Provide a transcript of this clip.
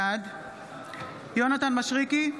בעד יונתן מישרקי,